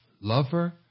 Lover